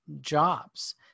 jobs